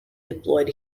deployed